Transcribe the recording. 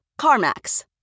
CarMax